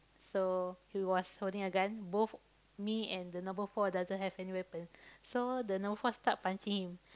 so he was holding a gun both me and the number four doesn't have any weapon so the number four start punching him